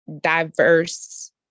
diverse